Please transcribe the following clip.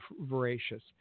voracious